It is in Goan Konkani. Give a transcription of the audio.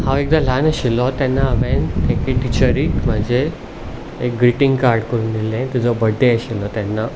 हांव एकदां ल्हान आशिल्लो तेन्ना हांवे एके टिचरीक म्हाजे एक ग्रिटिंग कार्ड करून दिल्लें तिचो बर्थडे आशिल्लो तेन्ना